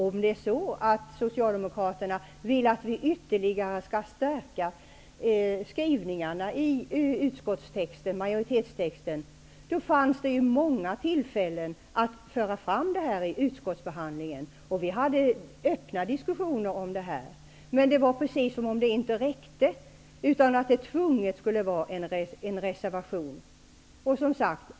Om Socialdemokraterna ville att vi ytterligare skulle stärka skrivningarna i majoritetstexten fanns det många tillfällen att föra fram detta vid utskottsbehandlingen. Vi hade öppna diskussioner om detta. Men det var precis som om det inte räckte, utan det skulle tvunget vara en reservation.